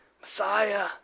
Messiah